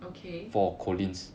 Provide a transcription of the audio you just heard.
okay